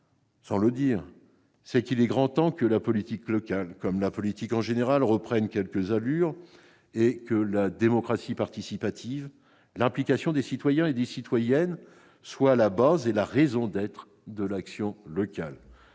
indique également qu'il est grand temps que la politique locale, comme la politique en général, reprenne quelque allure et que la démocratie participative, l'implication des citoyens et des citoyennes soient la base et la raison d'être de l'action locale.